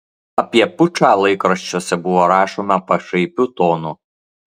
apie pučą laikraščiuose buvo rašoma pašaipiu tonu